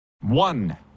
one